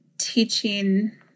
teaching